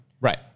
Right